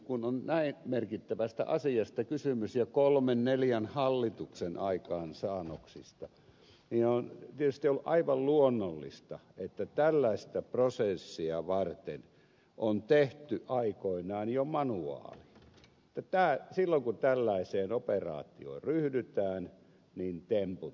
kun on näin merkittävästä asiasta kysymys ja kolmen neljän hallituksen aikaansaannoksista niin on tietysti aivan luonnollista että tällaista prosessia varten on tehty aikoinaan jo manuaali että silloin kun tällaiseen operaatioon ryhdytään niin temput tehdään näin